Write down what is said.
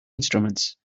instruments